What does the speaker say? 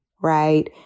right